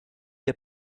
der